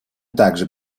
также